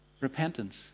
Repentance